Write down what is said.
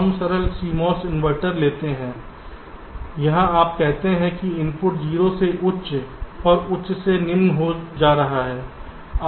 हम सरल CMOS inverter लेते हैं जहाँ आप कहते हैं कि इनपुट 0 से उच्च और उच्च और निम्न से जा रहा है